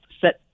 set